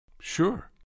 Sure